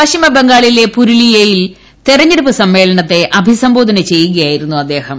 പശ്ചിമബംഗാളിലെ പുരൂലിയയിൽ തെരഞ്ഞെടുപ്പു സമ്മേളനം അഭിസംബോധന ചെയ്യുകയായിരുന്നു അദ്ദേഹം